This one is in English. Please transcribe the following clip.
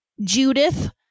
Judith